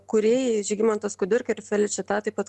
kūrėjai žygimantas kudirka ir feličita taip pat